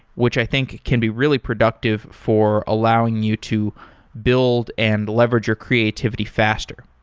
which i think can be really productive for allowing you to build and leverage your creativity faster.